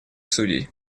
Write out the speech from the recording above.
судей